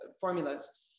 formulas